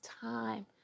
time